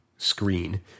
screen